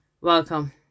Welcome